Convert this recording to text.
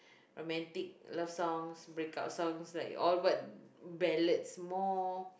romantic love songs break up songs likes all word ballads more